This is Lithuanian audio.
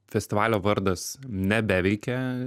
festivalio vardas nebeveikia